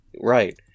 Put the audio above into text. Right